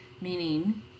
Meaning